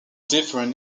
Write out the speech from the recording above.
different